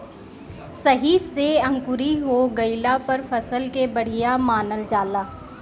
सही से अंकुरी हो गइला पर फसल के बढ़िया मानल जाला